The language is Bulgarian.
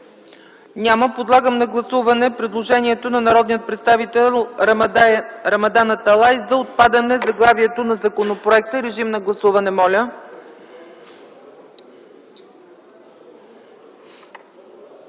Няма. Подлагам на гласуване предложението на народния представител Рамадан Аталай за отпадане заглавието на законопроекта. Гласували